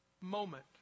moment